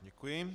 Děkuji.